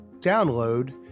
download